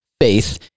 faith